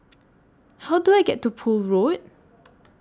How Do I get to Poole Road